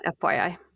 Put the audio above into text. FYI